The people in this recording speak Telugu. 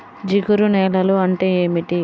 జిగురు నేలలు అంటే ఏమిటీ?